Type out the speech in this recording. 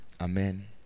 amen